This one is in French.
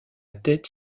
tête